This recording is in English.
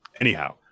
anyhow